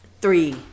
three